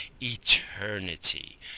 Eternity